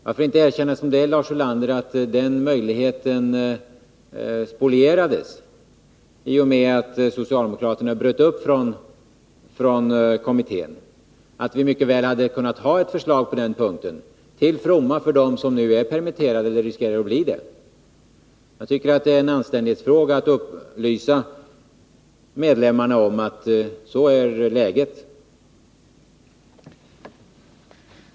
Varför inte erkänna att det är så, Lars Ulander, att den möjligheten spolierades i och med att socialdemokraterna bröt upp från kommittén och att vi mycket väl hade kunnat ha ett förslag på den punkten, till fromma för dem som nu är permitterade eller riskerar att bli det? Jag tycker att det är en anständighetsfråga att upplysa medlemmarna om att läget är sådant.